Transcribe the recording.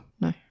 No